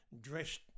dressed